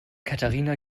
katharina